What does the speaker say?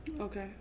Okay